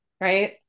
right